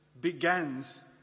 begins